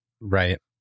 right